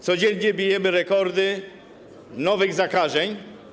Codziennie bijemy rekordy nowych zakażeń.